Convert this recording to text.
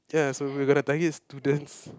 ya so we gotta target students